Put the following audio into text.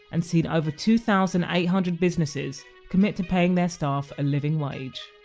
and seen over two thousand eight hundred businesses commit to paying their staff a living wage